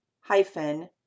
hyphen